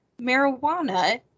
marijuana